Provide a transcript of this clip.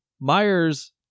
Myers